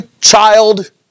child